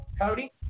Cody